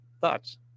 Thoughts